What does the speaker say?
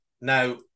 Now